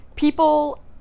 People